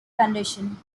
condition